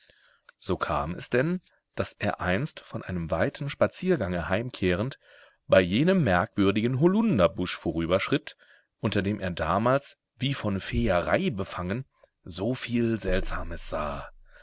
so kam es denn daß er einst von einem weiten spaziergange heimkehrend bei jenem merkwürdigen holunderbusch vorüberschritt unter dem er damals wie von feerei befangen so viel seltsames sah